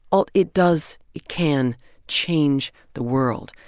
all it does it can change the world.